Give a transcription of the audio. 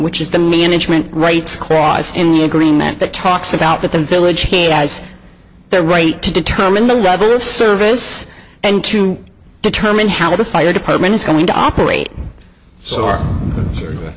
which is the management rights clause in the agreement that talks about that the village has the right to determine the level of service and to determine how the fire department is going to operate so